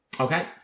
Okay